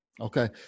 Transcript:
Okay